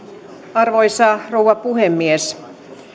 arvoisa rouva puhemies